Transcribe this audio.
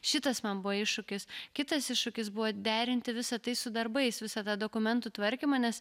šitas man buvo iššūkis kitas iššūkis buvo derinti visa tai su darbais visą tą dokumentų tvarkymą nes